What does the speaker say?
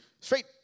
straight